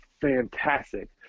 fantastic